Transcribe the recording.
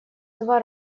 два